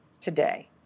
today